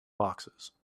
boxes